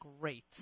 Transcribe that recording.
great